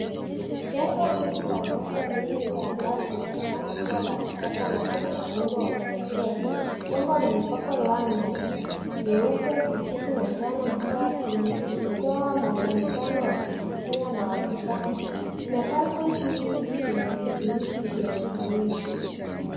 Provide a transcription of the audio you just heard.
Jengo refu la ghorofa nyingi ambalo linaonekana kuwa la kisasa na lenye muundo wa kipekee. Jengo limepakwa rangi nyeupe, kijivu na njano mkali, ukitoa mwonekano wa kuvutia na wa kisasa na balconies nyingi zenye vizuizi vya kioo.